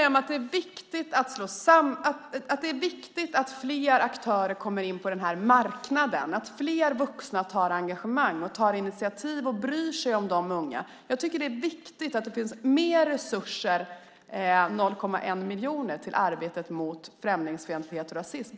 Herr talman! Jag kan hålla med om att det är viktigt att fler aktörer kommer in på den här marknaden och att fler vuxna engagerar sig, tar initiativ och bryr sig om de unga. Jag tycker att det är viktigt att det finns mer resurser än 0,1 miljon till arbetet mot främlingsfientlighet och rasism.